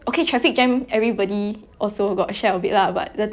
ya